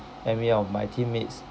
and made up of my teammates